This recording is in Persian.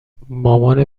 مامان